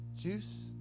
juice